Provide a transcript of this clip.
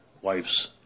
wife's